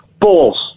Balls